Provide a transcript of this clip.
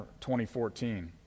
2014